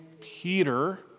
Peter